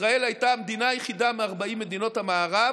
ישראל הייתה המדינה היחידה מ-40 מדינות המערב